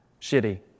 shitty